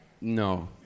No